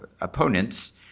opponents